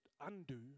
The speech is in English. undo